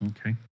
Okay